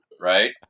right